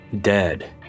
Dead